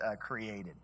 created